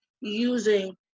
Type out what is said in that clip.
using